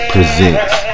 Presents